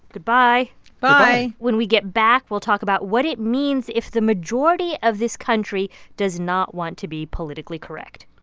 goodbye bye goodbye when we get back, we'll talk about what it means if the majority of this country does not want to be politically correct